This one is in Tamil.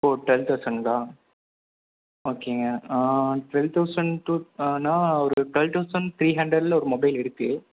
ஓ ட்வல் தௌசண்ட்ங்களா ஓகேங்க ட்வல் தௌசண்ட் டு ஆனால் ஒரு ட்வல் தௌசண்ட் த்ரீ ஹண்ட்ரட்டில் ஒரு மொபைல் இருக்குது